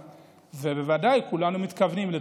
ובוודאי שכולנו מתכוונים לטוב,